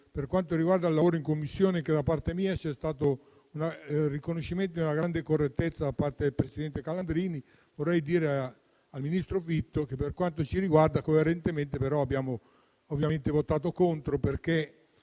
per quanto riguarda il lavoro in Commissione, anche da parte mia vi è stato il riconoscimento di una grande correttezza da parte del presidente Calandrini. Vorrei dire al ministro Fitto che, per quanto ci riguarda, abbiamo però coerentemente votato contro e che